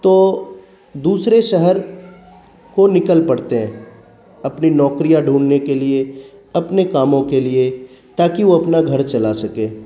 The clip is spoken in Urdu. تو دوسرے شہر کو نکل پڑتے ہیں اپنی نوکریاں ڈھونڈنے کے لیے اپنے کاموں کے لیے تاکہ وہ اپنا گھر چلا سکے